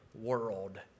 world